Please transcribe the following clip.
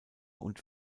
und